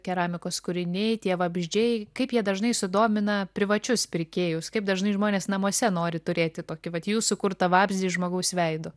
keramikos kūriniai tie vabzdžiai kaip jie dažnai sudomina privačius pirkėjus kaip dažnai žmonės namuose nori turėti tokį vat jūsų kurtą vabzdį žmogaus veidu